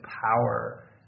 power